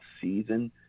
season